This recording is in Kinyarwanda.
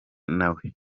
nawe